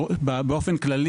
באופן כללי